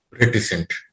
Reticent